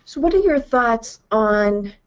what are your thoughts on